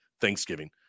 Thanksgiving